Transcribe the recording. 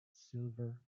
silver